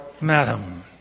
madam